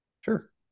Sure